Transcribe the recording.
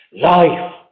Life